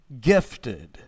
gifted